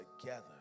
together